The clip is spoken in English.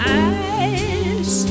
eyes